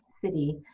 city